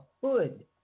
Hood